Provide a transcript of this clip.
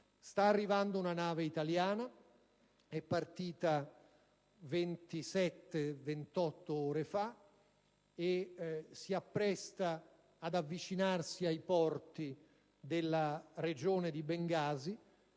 di partire. Una nave italiana, partita 27-28 ore fa, si appresta ad avvicinarsi ai porti della regione di Bengasi,